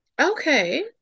okay